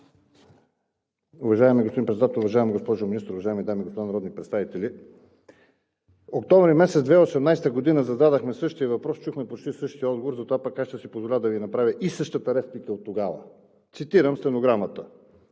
Уважаеми господин Председател, уважаема госпожо Министър, уважаеми дами и господа народни представители! Октомври месец 2018 г. зададохме същия въпрос и чухме почти същия отговор. Затова пък аз ще си позволя да Ви направя и същата реплика оттогава. Цитирам стенограмата: